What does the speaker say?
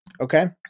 Okay